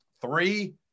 three